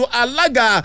alaga